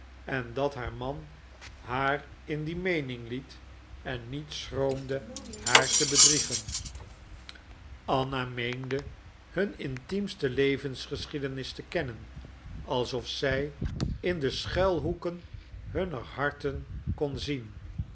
en dat haar man haar in die meening liet en niet schroomde haar te bedriegen anna meende hun intiemste levensgeschiedenis te kennen alsof zij in de schuilhoeken hunner harten kon zien